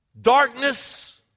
Darkness